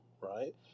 Right